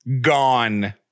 gone